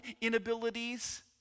inabilities